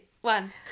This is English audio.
one